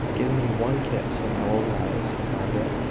give me one kiss, and i will rise, said margaret,